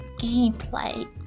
gameplay